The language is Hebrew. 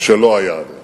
שלא היה עד היום.